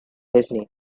disney